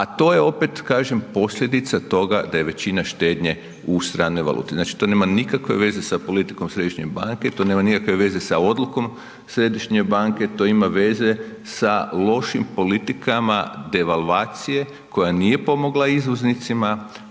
a to je opet kažem posljedica toga da je većina štednje u stranoj valuti. Znači to nema nikakve veze sa politikom središnje banke, to nema nikakve veze sa odlukom središnje banke, to ima veza sa lošim politikama devalvacije koja nije pomogla izvoznicima